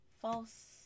false